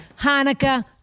Hanukkah